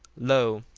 lo,